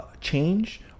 change